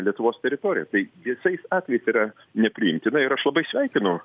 lietuvos teritoriją tai viesais atvejais yra nepriimtina ir aš labai sveikinu